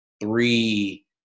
three